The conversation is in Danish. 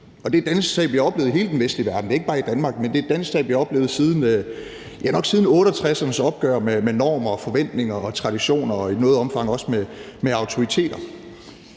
det er et dannelsestab, vi har oplevet i hele den vestlige verden. Det er ikke bare i Danmark, men det er et dannelsestab, vi har oplevet siden, ja nok siden 68'ernes opgør med normer og forventninger og traditioner og i noget omfang også med autoriteter.